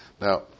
now